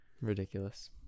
Ridiculous